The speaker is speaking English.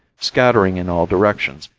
scattering in all directions,